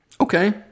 Okay